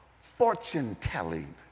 fortune-telling